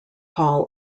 hall